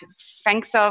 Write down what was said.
Thanks